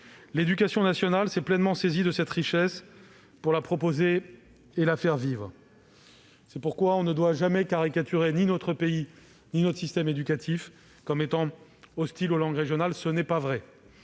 L'éducation nationale s'est pleinement saisie de cette richesse pour la proposer à nos élèves et la faire vivre. C'est pourquoi l'on ne doit jamais caricaturer ni notre pays ni notre système éducatif comme étant hostile aux langues régionales : ce n'est pas vrai